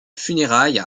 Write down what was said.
funérailles